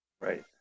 Right